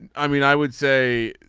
i mean i would say